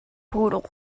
poodle